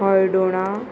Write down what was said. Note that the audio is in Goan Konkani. हळदोणा